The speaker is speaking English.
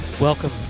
welcome